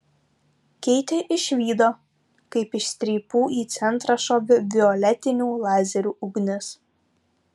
keitė išvydo kaip iš strypų į centrą šovė violetinių lazerių ugnis